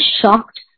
shocked